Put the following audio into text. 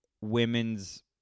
women's